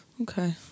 Okay